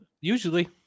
Usually